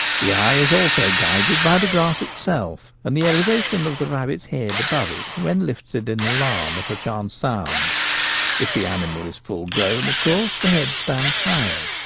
the eye is also guided by the grass itself and the elevation of the rabbit's head above it when lifted in alarm at a chance sound if the animal is full grown of course the head stands higher.